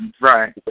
right